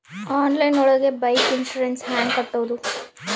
Online ಒಳಗೆ bike insurance ಹ್ಯಾಂಗ್ ಕಟ್ಟುದು?